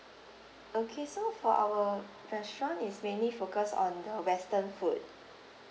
okay so for our restaurant it's mainly focus on the western food